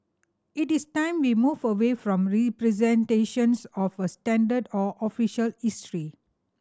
it is time we move away from representations of a 'standard' or 'official' history